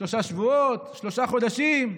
שלושה שבועות, שלושה חודשים.